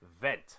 vent